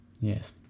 Yes